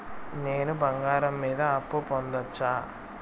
నేను బంగారం మీద అప్పు పొందొచ్చా?